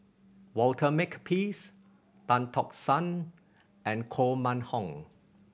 Walter Makepeace Tan Tock San and Koh Mun Hong